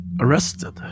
arrested